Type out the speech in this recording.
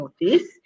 notice